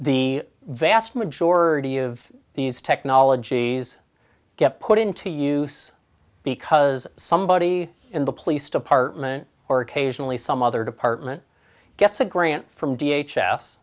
the vast majority of these technologies get put into use because somebody in the police department or occasionally some other department gets a grant from